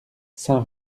saint